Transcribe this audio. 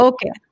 Okay